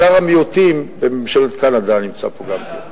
שר המיעוטים בממשלת קנדה נמצא פה גם כן.